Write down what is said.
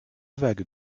vague